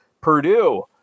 Purdue